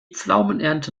pflaumenernte